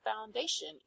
foundation